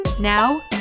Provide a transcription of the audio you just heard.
Now